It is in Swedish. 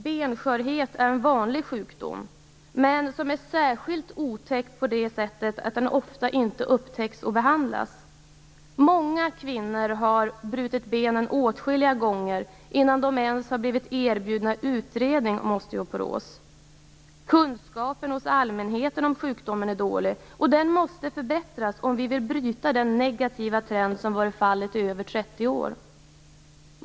Benskörhet är en vanlig sjukdom, men den är särskilt otäck på det sättet att den ofta inte upptäcks och behandlas. Många kvinnor har brutit benen åtskilliga gånger innan de ens har blivit erbjudna en utredning om osteoporos. Kunskapen hos allmänheten om sjukdomen är dålig. Den måste förbättras om vi vill bryta den negativa trend som har funnits i över 30 år.